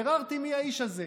ביררתי מי האיש הזה,